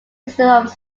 incidents